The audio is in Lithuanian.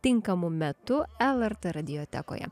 tinkamu metu lr radijotekoje